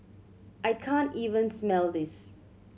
I can't even smell this